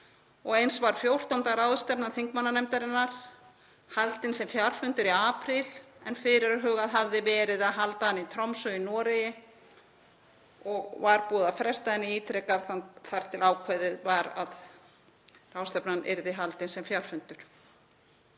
Eins var 14. ráðstefna þingmannanefndarinnar haldin sem fjarfundur í apríl, en fyrirhugað hafði verið að halda hana í Tromsö í Noregi og var búið að fresta henni ítrekað þar til ákveðið var að ráðstefnan yrði haldin sem fjarfundur.